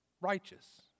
righteous